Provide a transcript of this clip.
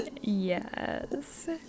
Yes